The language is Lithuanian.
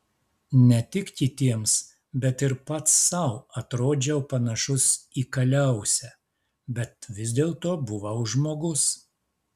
ne tik kitiems bet ir pats sau atrodžiau panašus į kaliausę bet vis dėlto buvau žmogus